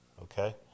Okay